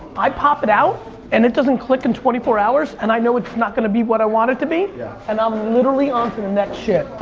i pop it out and it doesn't click in twenty four hours and i know it's not gonna be what i want it to be yeah and i'm literally onto the next shit.